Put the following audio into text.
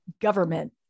government